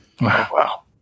Wow